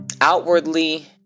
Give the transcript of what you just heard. outwardly